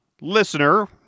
listener